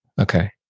Okay